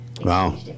Wow